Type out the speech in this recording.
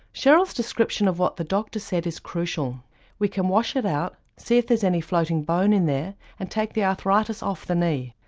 cheryl's description of what the doctor said is crucial we can wash it out, see if there's any floating bone in there and take the arthritis off the knee.